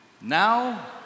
Now